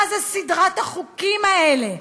מה זו סדרת החוקים האלה?